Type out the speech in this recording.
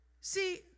See